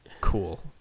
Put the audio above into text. cool